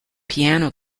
piano